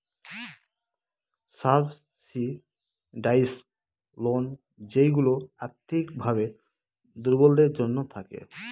subsidised loan যেইগুলা আর্থিক ভাবে দুর্বলদের জন্য থাকে